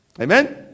Amen